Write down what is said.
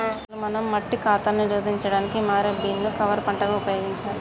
అసలు మనం మట్టి కాతాను నిరోధించడానికి మారే బీన్ ను కవర్ పంటగా ఉపయోగించాలి